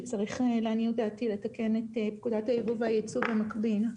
שצריך לעניות דעתי לתקן את פקודת היבוא והייצוא במקביל.